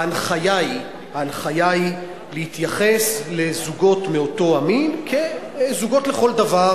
ההנחיה היא להתייחס לזוגות מאותו מין כזוגות לכל דבר